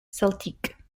celtique